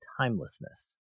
timelessness